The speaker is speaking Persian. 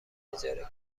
اجاره